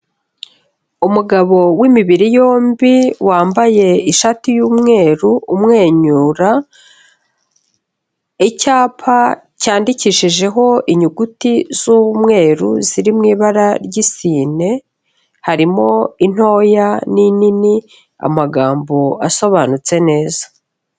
Umugabo w'imibiri yombi wambaye ishati y'umweru umwenyura, icyapa cyandikishijeho inyuguti z'umweru ziri mu ibara ry'isine, harimo intoya n'inini amagambo asobanutse neza.